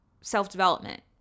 self-development